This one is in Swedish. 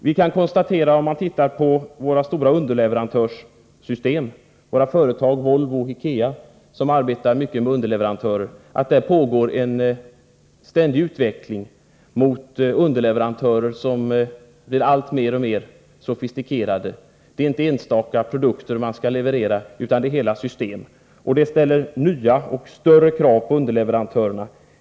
Om vi betraktar de stora underleverantörssystemen, t.ex. Volvo och IKEA, som arbetar mycket med underleverantörer, kan vi konstatera att där pågår en ständig utveckling mot underleverantörer som blir alltmer sofistikerade. Det är inte enstaka produkter man skall leverera, utan hela system. Detta ställer nya och större krav på underleverantörerna.